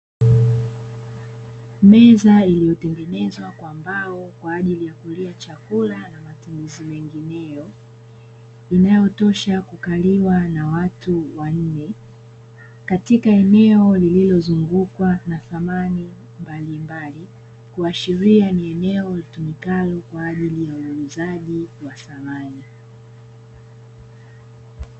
Meza iliotengenezwa kwa mbao kwa ajili ya kulia chakula na matumizi mengineyo, inayotosha kukaliwa na watu wanne, katika eneo lililozungukwa na thamani mbalimbali, kuashiria ni eneo litumikalo kwaajili ya uuzaji wa samani.